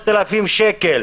3,000 שקל